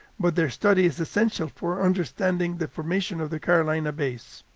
but their study is essential for understanding the formation of the carolina bays.